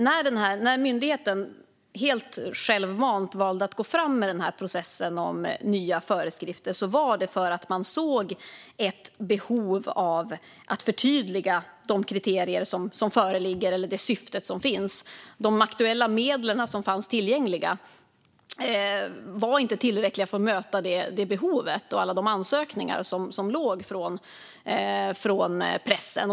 När myndigheten helt självmant valde att gå fram med den här processen om nya föreskrifter var det för att man såg ett behov av att förtydliga de kriterier som föreligger och det syfte som finns. De aktuella medlen som fanns tillgängliga var inte tillräckliga för att möta behovet och alla de ansökningar som låg från pressen.